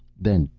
then,